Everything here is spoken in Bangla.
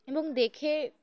এবং দেখে